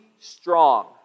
strong